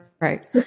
Right